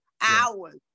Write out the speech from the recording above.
hours